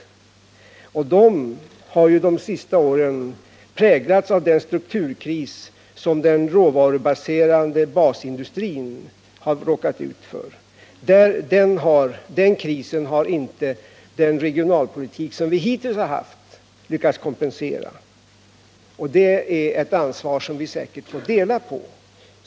De har ju under de senaste åren präglats av den strukturkris som den råvarubaserade basindustrin där har råkat ut för. Den krisen har inte den regionalpolitik som vi hittills har haft lyckats kompensera. Det är ett ansvar som vi säkert får dela på.